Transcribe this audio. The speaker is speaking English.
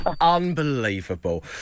Unbelievable